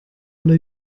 alle